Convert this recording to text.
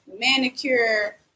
manicure